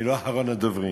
אני לא אחרון הדוברים.